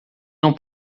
não